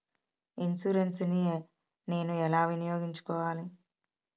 Insurance ని నేను ఎలా వినియోగించుకోవాలి?